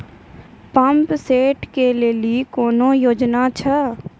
Pump set केलेली कोनो योजना छ?